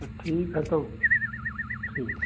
ठीक है तो ठीक